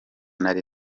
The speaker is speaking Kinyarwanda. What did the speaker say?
nari